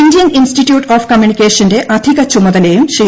Indian Institute of കമ്മ്യൂണിക്കേഷന്റെ അധികചുമതലയും ശ്രീ